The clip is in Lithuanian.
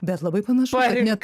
bet labai panašu kad net